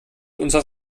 unsere